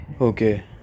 okay